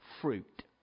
fruit